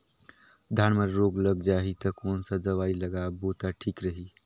धान म रोग लग जाही ता कोन सा दवाई लगाबो ता ठीक रही?